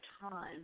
time